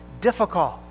difficult